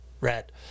Red